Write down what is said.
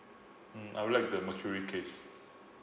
mm I would like the mercury case